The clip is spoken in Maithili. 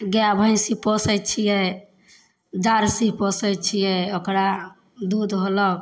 गाय भैंसी पोसै छियै जर्सी पोसै छियै ओकरा दूध होलक